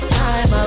time